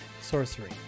Sorcery